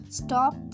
stop